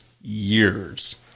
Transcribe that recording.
years